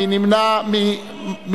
מי נמנע?